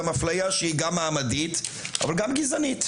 באפליה שהיא גם מעמדית אבל גם גזענית,